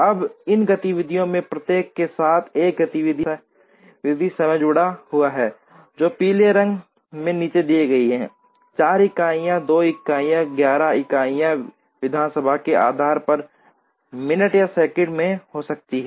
अब इन गतिविधियों में से प्रत्येक के साथ एक गतिविधि समय जुड़ा हुआ है जो पीले रंग में दी गई हैं 4 इकाइयाँ 2 इकाइयाँ वगैरह इकाइयाँ विधानसभा के आधार पर मिनट या सेकंड में हो सकती हैं